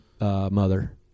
mother